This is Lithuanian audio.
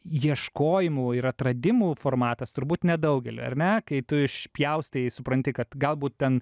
ieškojimų ir atradimų formatas turbūt nedaugeliui ar ne kai tu išpjaustai supranti kad galbūt ten